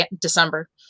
December